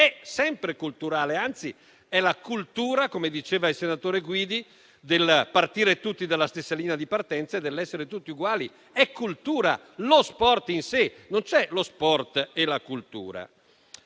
è sempre culturale, anzi, è la cultura - come diceva il senatore Guidi - del partire tutti dalla stessa linea di partenza e dall'essere tutti uguali. Lo sport è cultura in sé, non c'è lo sport e la cultura.